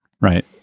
Right